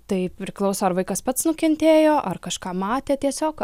tai priklauso ar vaikas pats nukentėjo ar kažką matė tiesiog